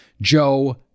Joe